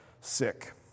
sick